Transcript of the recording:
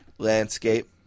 Landscape